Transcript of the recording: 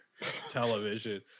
television